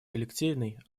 коллективной